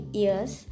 years